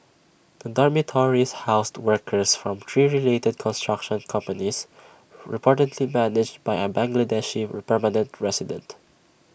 the dormitories housed workers from three related construction companies reportedly managed by an Bangladeshi permanent resident